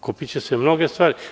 Kupiće se mnoge stvari.